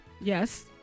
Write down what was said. Yes